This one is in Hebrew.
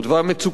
והמצוקות,